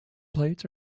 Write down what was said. plates